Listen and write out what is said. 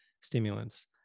stimulants